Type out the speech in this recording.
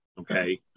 okay